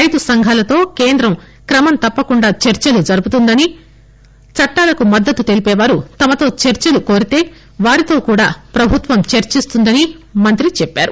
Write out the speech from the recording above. రైతు సంఘాలతో కేంద్రం క్రమంతప్పకుండా చర్చలు జరుపుతుందని చట్టాలకు మద్దతు తెలిపేవారు తమతో చర్చలను కోరితే వారితోనూ ప్రభుత్వం చర్చిస్తుందని మంత్రి చెప్పారు